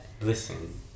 listen